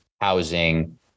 housing